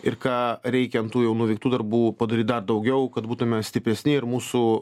ir ką reikia ant tų jau nuveiktų darbų padaryti dar daugiau kad būtumėme stipresni ir mūsų